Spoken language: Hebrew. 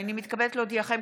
הינני מתכבדת להודיעכם,